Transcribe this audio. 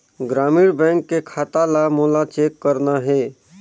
ग्रामीण बैंक के खाता ला मोला चेक करना हे?